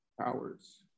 powers